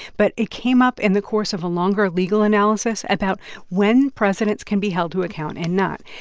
but it came up in the course of a longer legal analysis about when presidents can be held to account and not.